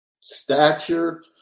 stature